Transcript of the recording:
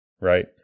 Right